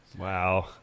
wow